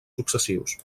successius